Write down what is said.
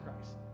Christ